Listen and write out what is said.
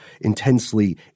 intensely